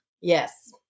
Yes